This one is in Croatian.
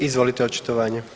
Izvolite očitovanje.